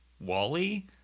wally